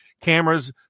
Cameras